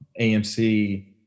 AMC